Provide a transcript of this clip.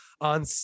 on